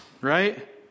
right